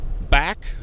back